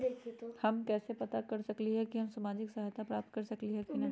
हम कैसे पता कर सकली ह की हम सामाजिक सहायता प्राप्त कर सकली ह की न?